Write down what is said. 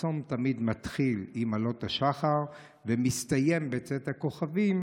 הצום תמיד מתחיל עם עלות השחר ומסתיים בצאת הכוכבים,